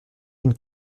une